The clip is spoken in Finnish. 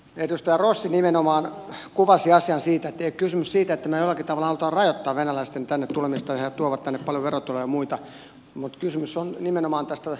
edustaja rossi nimenomaan kuvasi asian että ei ole kysymys siitä että me jollakin tavalla haluamme rajoittaa venäläisten tänne tulemista he tuovat tänne paljon verotuloja ja muita mutta kysymys on nimenomaan tästä vastavuoroisuudesta